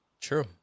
true